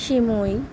সিমুই